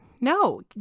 No